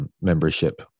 membership